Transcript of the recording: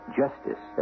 justice